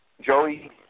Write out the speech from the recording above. Joey